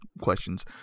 questions